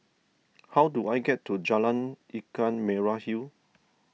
how do I get to Jalan Ikan Merah Hill